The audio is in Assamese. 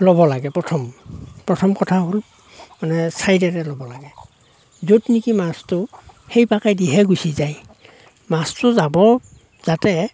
ল'ব লাগে প্ৰথম প্ৰথম কথা হ'ল মানে চাইডেৰে ল'ব লাগে য'ত নেকি মাছটো সেই পাকেদিহে গুচি যায় মাছটো যাব যাতে